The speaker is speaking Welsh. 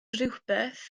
rhywbeth